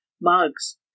mugs